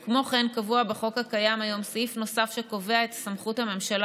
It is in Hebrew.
קבוע בחוק הקיים היום סעיף נוסף שקובע את סמכות הממשלה